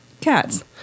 Cats